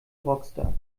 rockstar